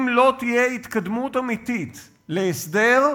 אם לא תהיה התקדמות אמיתית להסדר,